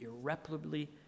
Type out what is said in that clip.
irreparably